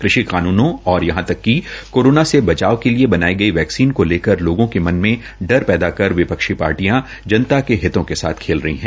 कृषि कानूनों और यहां तक की कोरोना से बचाव के लिए बनाई गई वैक्सीन को लेकर लोगों के मन में डर पैदा कर विपक्षी पार्टियां जनता के हितों के साथ खेल रहीं हैं